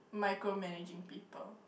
micromanaging people